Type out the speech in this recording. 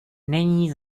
není